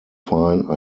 fine